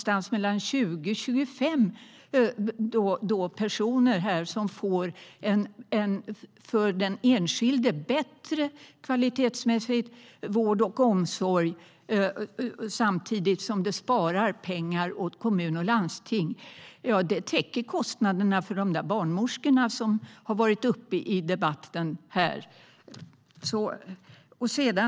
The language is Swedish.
20-25 personer får kvalitetsmässigt bättre vård och omsorg samtidigt som det sparar pengar åt kommuner och landsting. Ja, det täcker kostnaderna för de där barnmorskorna som var uppe till debatt.